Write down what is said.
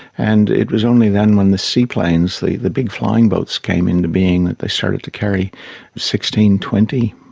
and it was only then when the seaplanes, the the big flying boats came into being that they started to carry sixteen, twenty,